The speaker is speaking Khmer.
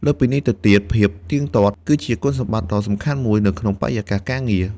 លើសពីនេះទៅទៀតភាពទៀងទាត់ គឺជាគុណសម្បត្តិដ៏សំខាន់មួយនៅក្នុងបរិយាកាសការងារ។